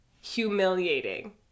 Humiliating